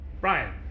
Brian